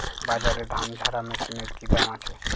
বাজারে ধান ঝারা মেশিনের কি দাম আছে?